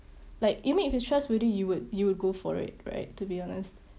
like you mean if it's trustworthy you would you would go for it right to be honest